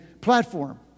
platform